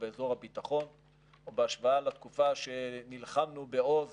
באזור הביטחון או בהשוואה לתקופה שנלחמנו בעוז